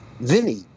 Vinny